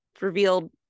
revealed